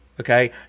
Okay